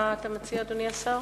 מה אתה מציע, אדוני השר?